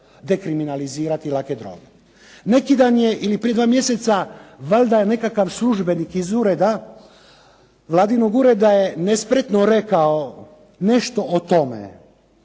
Neki dan je ili prije dva mjeseca valjda je nekakav službenik iz Vladinog ureda je nespretno rekao nešto o tome,